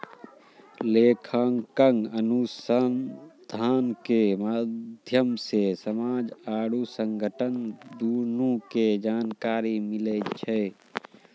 लेखांकन अनुसन्धान के माध्यम से समाज आरु संगठन दुनू के जानकारी मिलै छै